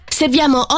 serviamo